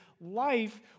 life